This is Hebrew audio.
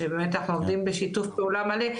שבאמת אנחנו עובדים בשיתוף פעולה מלא.